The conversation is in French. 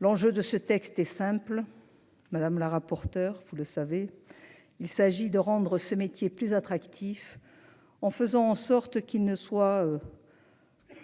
L'enjeu de ce texte est simple, madame la rapporteure, vous le savez. Il s'agit de rendre ce métier plus attractif en faisant en sorte qu'il ne soit.